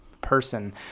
person